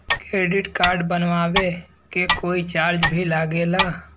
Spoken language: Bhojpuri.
क्रेडिट कार्ड बनवावे के कोई चार्ज भी लागेला?